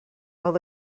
while